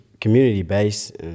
community-based